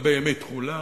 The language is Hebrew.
לגבי ימי תחולה.